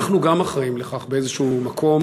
אנחנו גם אחראים לכך באיזשהו מקום.